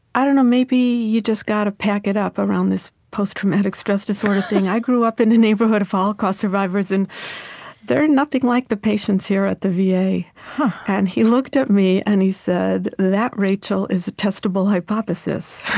i don't know, maybe you've just got to pack it up around this post-traumatic stress disorder thing. i grew up in a neighborhood of holocaust survivors, and they're nothing like the patients here at the va. and he looked at me, and he said, that, rachel, is a testable hypothesis.